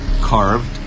carved